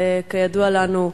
וכידוע לנו,